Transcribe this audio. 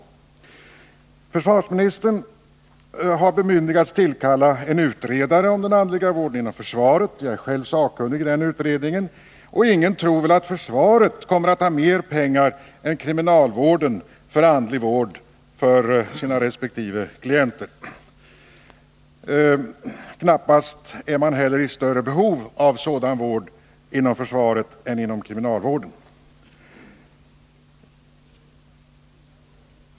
Försvarsministern har bemyndigats tillkalla en utredning om den andliga vården inom försvaret. Jag är själv sakkunnig i den utredningen. Ingen tror välatt försvaret kommer att ha mer pengar än kriminalvården till andlig vård för sina resp. klienter. Man är inom försvaret knappast heller i större behov av sådan vård än inom kriminalvården.